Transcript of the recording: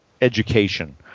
education